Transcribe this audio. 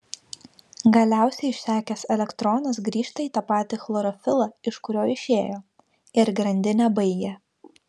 galiausiai išsekęs elektronas grįžta į tą patį chlorofilą iš kurio išėjo ir grandinę baigia